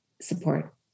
support